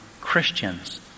Christians